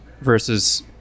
versus